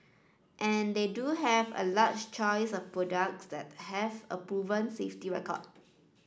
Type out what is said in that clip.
and they do have a large choice of products that have a proven safety record